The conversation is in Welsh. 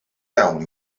iawn